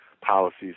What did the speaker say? policies